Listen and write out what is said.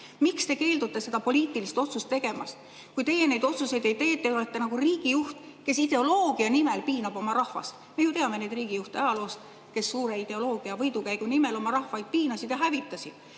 te keeldute seda poliitilist otsust tegemast? Kui teie neid otsuseid ei tee, siis te olete riigijuht, kes ideoloogia nimel piinab oma rahvast. Me ju teame neid riigijuhte ajaloost, kes suure ideoloogia võidukäigu nimel oma rahvaid piinasid ja hävitasid.